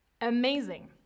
Amazing